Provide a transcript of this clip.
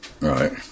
Right